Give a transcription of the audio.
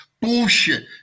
Bullshit